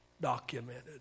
Documented